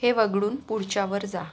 हे वगळून पुढच्यावर जा